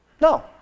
No